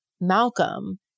Malcolm